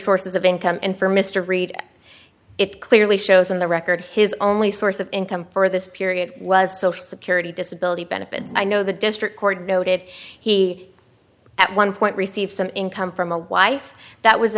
sources of income and for mr reed it clearly shows in the record his only source of income for this period was social security disability benefit i know the district court noted he at one point received some income from a wife that was